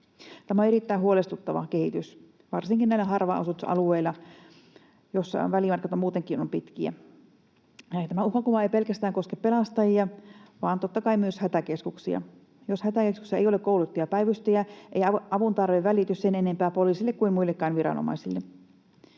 Tämä on erittäin huolestuttava kehitys varsinkin näillä harva-asutusalueilla, missä välimatkat ovat muutenkin pitkiä. Tämä uhkakuva ei pelkästään koske pelastajia vaan totta kai myös hätäkeskuksia. Jos hätäkeskuksessa ei ole koulutettuja päivystäjiä, ei avuntarve välity sen enempää poliisille kuin muillekaan viranomaisille.